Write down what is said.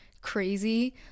crazy